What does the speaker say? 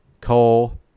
coal